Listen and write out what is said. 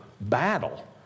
battle